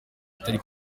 atari